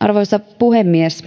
arvoisa puhemies